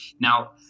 Now